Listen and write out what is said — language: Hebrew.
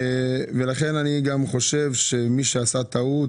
מי שעשה טעות,